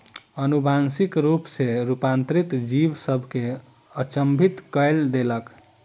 अनुवांशिक रूप सॅ रूपांतरित जीव सभ के अचंभित कय देलक